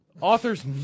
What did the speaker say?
Authors